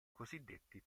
cosiddetti